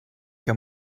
que